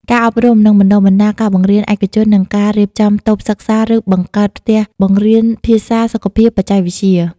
ការអប់រំ និងបណ្តុះបណ្តាលការបង្រៀនឯកជននិងការរៀបចំតូបសិក្សាឬបង្កើតផ្ទះបង្រៀនភាសា សុខភាព បច្ចេកវិទ្យា។